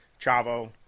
Chavo